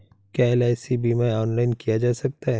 क्या एल.आई.सी बीमा ऑनलाइन किया जा सकता है?